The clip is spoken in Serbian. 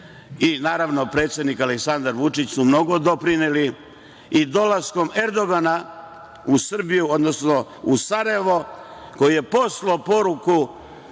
i naravno predsednik Aleksandar Vučić su mnogo doprineli. Dolaskom Erdogana u Srbiju, odnosno u Sarajevo, koji je poslao poruku